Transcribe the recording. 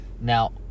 now